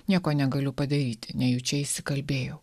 nieko negaliu padaryti nejučia įsikalbėjau